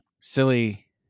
silly